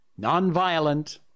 Nonviolent